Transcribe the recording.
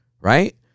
right